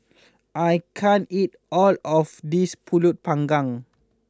I can't eat all of this Pulut Panggang